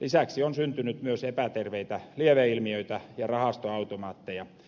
lisäksi on syntynyt myös epäterveitä lieveilmiöitä ja rahastusautomaatteja